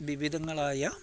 വിവിധങ്ങളായ